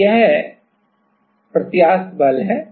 तो यह प्रत्यास्थ बल है